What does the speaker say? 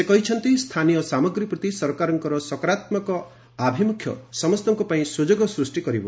ସେ କହିଛନ୍ତି ସ୍ଥାନୀୟ ସାମଗ୍ରୀ ପ୍ରତି ସରକାରଙ୍କ ସକାରାତ୍ମକ ଅଭିମୁଖ୍ୟ ସମସ୍ତଙ୍କ ପାଇଁ ସ୍ୱଯୋଗ ସୃଷ୍ଟି କରିବ